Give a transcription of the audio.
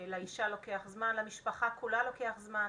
לאישה לוקח זמן ולמשפחה כולה לוקח זמן.